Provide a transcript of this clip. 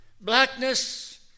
blackness